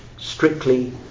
Strictly